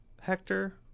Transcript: Hector